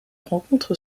rencontre